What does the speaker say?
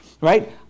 right